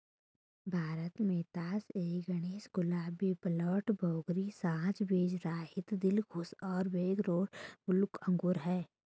भारत में तास ए गणेश, गुलाबी, पेर्लेट, भोकरी, साझा बीजरहित, दिलखुश और बैंगलोर ब्लू अंगूर हैं